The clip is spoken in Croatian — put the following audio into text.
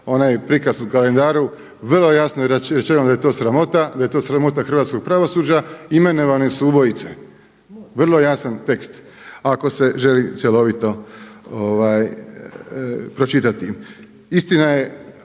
onaj prikaz u kalendaru vrlo jasno je rečeno da je to sramota, da je to sramota hrvatskog pravosuđa, imenovane su ubojice. Vrlo je jasan tekst ako se želi cjelovito pročitati. Istina je